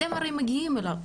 אתם הרי מגיעים אליו,